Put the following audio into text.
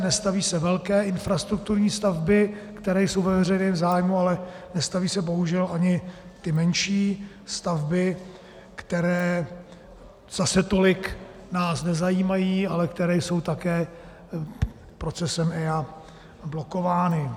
Nestaví se velké infrastrukturní stavby, které jsou ve veřejném zájmu, ale nestaví se bohužel ani ty menší stavby, které nás zase tolik nezajímají, ale které jsou také procesem EIA blokovány.